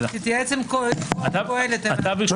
תתייעץ עם קהלת --- לא